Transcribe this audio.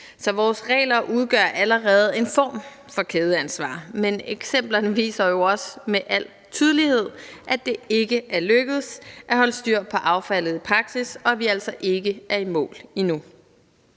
Så vores regler udgør allerede en form for kædeansvar, men eksemplerne viser jo også med al tydelighed, at det ikke er lykkedes at holde styr på affaldet i praksis, og at vi altså ikke er i mål endnu.